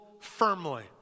firmly